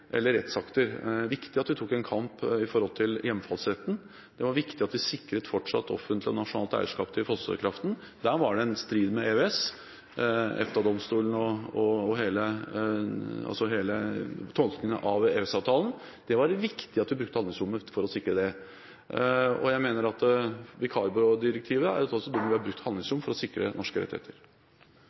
at vi sikret fortsatt offentlig og nasjonalt eierskap til fossekraften. Der var det en strid med EØS, EFTA-domstolen og hele tolkningen av EØS-avtalen, og det var viktig at vi brukte handlingsrommet for å sikre det. Jeg mener vikarbyrådirektivet også er et eksempel på at vi har brukt handlingsrommet for å sikre norske rettigheter.